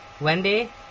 Wendy